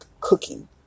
cooking